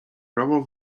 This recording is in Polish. prawo